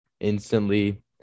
instantly